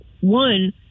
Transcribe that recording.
one